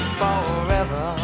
forever